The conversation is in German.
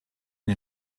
den